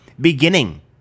beginning